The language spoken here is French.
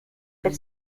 elle